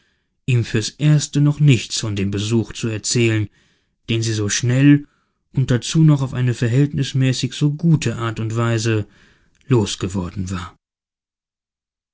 ihm fürs erste noch nichts von dem besuch zu erzählen den sie so schnell und dazu noch auf eine verhältnismäßig so gute art und weise losgeworden war